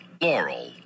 Laurel